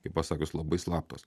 kaip pasakius labai slaptos